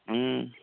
হুম